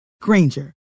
Granger